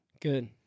Good